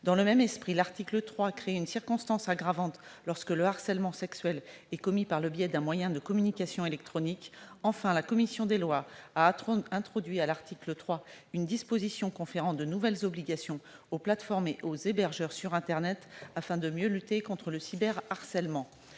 Dans le même esprit, l'article 3 crée une circonstance aggravante lorsque le harcèlement sexuel est commis par le biais d'un moyen de communication électronique. Enfin, la commission des lois a introduit à l'article 3 une disposition conférant de nouvelles obligations aux plateformes et aux hébergeurs sur internet, afin de mieux lutter contre le cyberharcèlement.